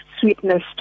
sweetness